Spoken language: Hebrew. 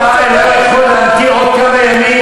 אתה לא יכול להמתין עוד כמה ימים?